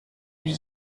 wie